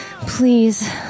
Please